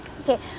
Okay